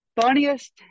Funniest